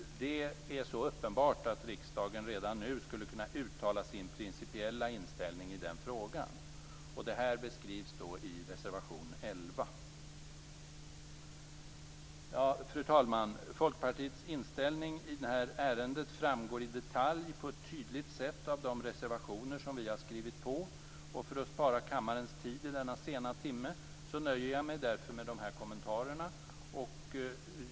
Det är så uppenbart att riksdagen redan nu skulle kunna uttala sin principiella inställning i den frågan. Detta beskrivs i reservation 11. Fru talman! Folkpartiets inställning i ärendet framgår i detalj av de reservationer som vi har skrivit under. För att spara kammarens tid denna sena timme nöjer jag mig med de kommentarer som jag här har gjort.